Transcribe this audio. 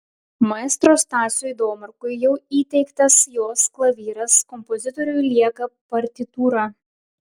maestro stasiui domarkui jau įteiktas jos klavyras kompozitoriui lieka partitūra